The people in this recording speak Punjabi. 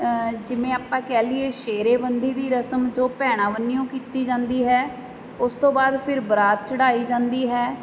ਜਿਵੇਂ ਆਪਾਂ ਕਹਿ ਲਈਏ ਸ਼ੇਰੇਬੰਦੀ ਦੀ ਰਸਮ ਜੋ ਭੈਣਾਂ ਵੰਨੀਓ ਕੀਤੀ ਜਾਂਦੀ ਹੈ ਉਸ ਤੋਂ ਬਾਅਦ ਫਿਰ ਬਰਾਤ ਚੜ੍ਹਾਈ ਜਾਂਦੀ ਹੈ